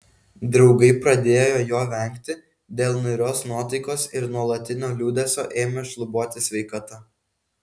draugai pradėjo jo vengti dėl niūrios nuotaikos ir nuolatinio liūdesio ėmė šlubuoti sveikata